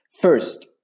First